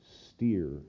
steer